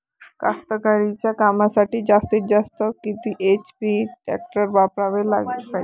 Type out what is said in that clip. कास्तकारीच्या कामासाठी जास्तीत जास्त किती एच.पी टॅक्टर वापराले पायजे?